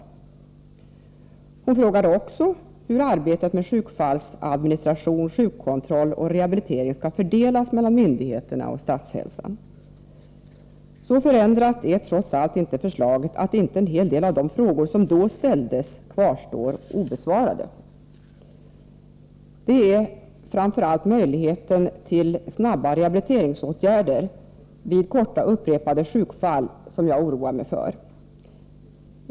Doris Håvik frågade också hur arbetet med sjukfallsadministration, sjukkontroll och rehabilitering skall fördelas mellan myndigheterna och statshälsan. Så förändrat är trots allt inte förslaget att inte en hel del av de frågor som då ställdes kvarstår obesvarade. Det är framför allt möjligheten till snabba rehabiliteringsåtgärder vid korta upprepade sjukfall som jag oroar mig för.